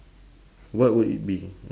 what would it be